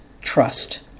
trust